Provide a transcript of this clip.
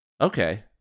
Okay